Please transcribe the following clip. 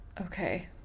okay